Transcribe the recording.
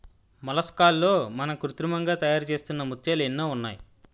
మొలస్కాల్లో మనం కృత్రిమంగా తయారుచేస్తున్న ముత్యాలు ఎన్నో ఉన్నాయి